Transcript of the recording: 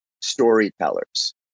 storytellers